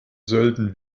sölden